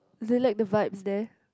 do you like the vibe there